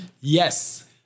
Yes